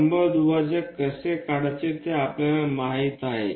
लंबदुभाजक कसे काढायचे ते आपल्याला माहित आहे